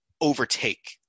overtake